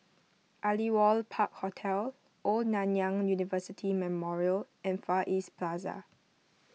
Aliwal Park Hotel Old Nanyang University Memorial and Far East Plaza